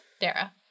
Dara